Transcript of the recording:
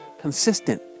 consistent